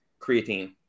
creatine